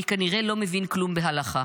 אני כנראה לא מבין כלום בהלכה.